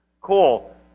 Cool